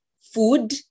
food